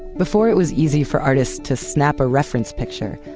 before it was easy for artists to snap a reference picture,